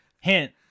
hint